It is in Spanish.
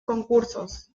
concursos